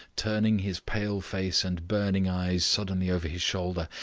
turning his pale face and burning eyes suddenly over his shoulder,